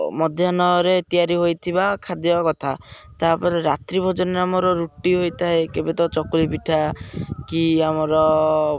ମଧ୍ୟାହ୍ନରେ ତିଆରି ହୋଇଥିବା ଖାଦ୍ୟ କଥା ତା'ପରେ ରାତ୍ରି ଭୋଜନରେ ଆମର ରୁଟି ହୋଇଥାଏ କେବେ ତ ଚକୁଳି ପିଠା କି ଆମର